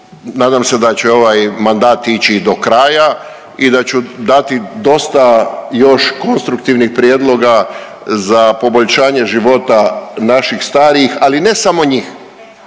nadam se da ću ovaj mandat ići do kraja i da ću dati dosta još konstruktivnih prijedloga za poboljšanje života naših starijih, ali ne samo njih,